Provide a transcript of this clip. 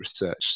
research